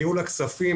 ניהול הכספים,